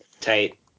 Tight